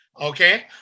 okay